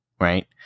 right